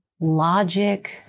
logic